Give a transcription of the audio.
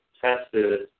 tested